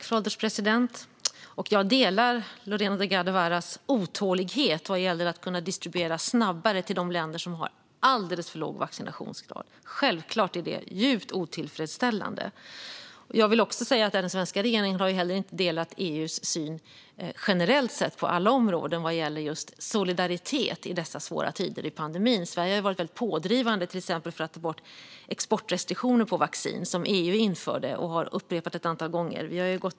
Fru ålderspresident! Jag delar Lorena Delgado Varas otålighet vad gäller att kunna distribuera snabbare till de länder som har alldeles för låg vaccinationsgrad. Självfallet är detta djupt otillfredsställande. Jag vill också säga att den svenska regeringen inte har delat EU:s syn generellt sett på alla områden vad gäller just solidaritet i dessa svåra tider under pandemin. Sverige har varit pådrivande för att till exempel ta bort de exportrestriktioner på vaccin som EU införde och har upprepat detta ett antal gånger.